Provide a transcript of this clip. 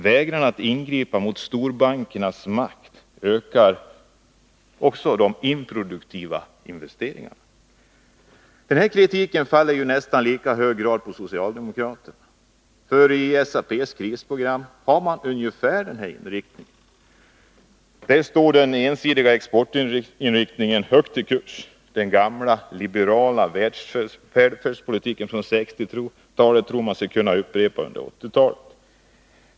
Vägran att ingripa mot storbankernas makt ökar också de improduktiva investeringarna. Den här kritiken faller i nästan lika hög grad på socialdemokraterna, för SAP:s krisprogram har ungefär samma inriktning. Där står den ensidiga exportinriktningen högt i kurs. Den gamla liberala välfärdspolitiken från 1960-talet tror man sig kunna upprepa under 1980-talet.